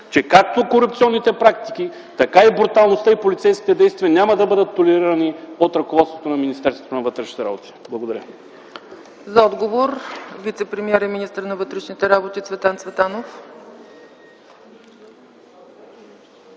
че както корупционните практики, така и бруталността при полицейските действия няма да бъдат толерирани от ръководството на Министерство на вътрешните работи? Благодаря.